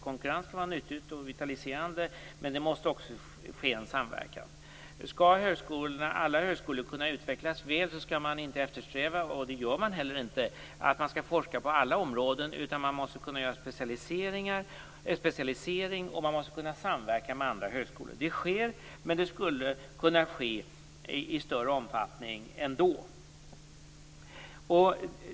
Konkurrens kan vara nyttigt och vitaliserande, men det måste också ske en samverkan. Om alla högskolor skall kunna utvecklas väl skall man inte - och det gör man inte heller - eftersträva att man forskar på alla områden. Man måste kunna göra specialiseringar, och man måste kunna samverka med andra högskolor. Det sker, med det skulle kunna ske i ännu större omfattning.